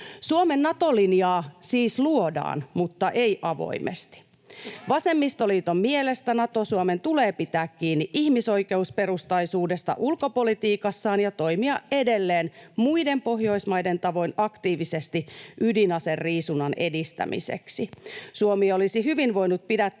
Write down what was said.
Suomen Nato-linjaa siis luodaan, mutta ei avoimesti. Vasemmistoliiton mielestä Nato-Suomen tulee pitää kiinni ihmisoikeusperustaisuudesta ulkopolitiikassaan ja toimia edelleen muiden Pohjoismaiden tavoin aktiivisesti ydinaseriisunnan edistämiseksi. Suomi olisi hyvin voinut pidättäytyä